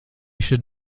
should